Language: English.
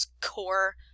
core